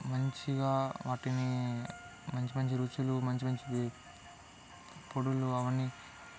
మంచిగా వాటిని మంచి మంచి రుచులు మంచి మంచి పొడులు అవన్నీ